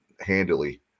handily